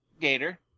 Gator